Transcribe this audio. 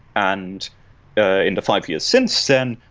and ah in the five years since then,